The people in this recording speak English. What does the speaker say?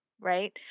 right